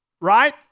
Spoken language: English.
right